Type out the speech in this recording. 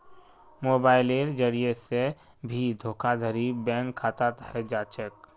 मोबाइलेर जरिये से भी धोखाधडी बैंक खातात हय जा छे